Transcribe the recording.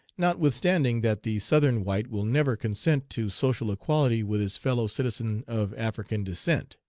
notwithstanding that the southern white will never consent to social equality with his fellow-citizen of african descent.